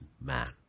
man